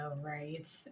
right